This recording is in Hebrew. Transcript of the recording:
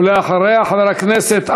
ולאחריה,